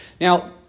Now